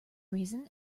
reason